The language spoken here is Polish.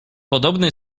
podobny